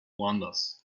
wanders